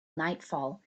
nightfall